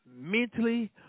mentally